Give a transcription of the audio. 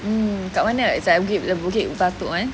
mm kat mana it's like bukit the bukit batok [one]